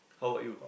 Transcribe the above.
how about you